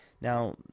Now